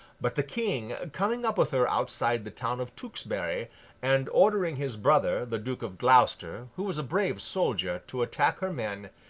but, the king, coming up with her outside the town of tewkesbury, and ordering his brother, the duke of gloucester, who was a brave soldier, to attack her men,